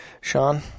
Sean